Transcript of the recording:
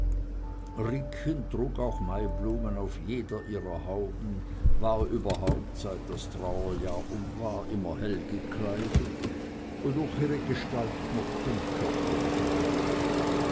trug auch maiblumen auf jeder ihrer hauben war überhaupt seit das trauerjahr um war immer hell gekleidet wodurch ihre gestalt noch unkörperlicher wirkte